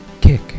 kick